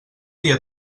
dia